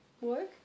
work